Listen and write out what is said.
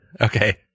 Okay